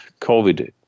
COVID